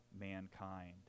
mankind